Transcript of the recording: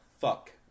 fuck